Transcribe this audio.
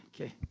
okay